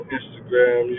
Instagram